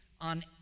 on